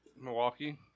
Milwaukee